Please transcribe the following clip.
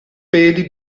peli